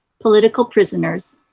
political prisoners,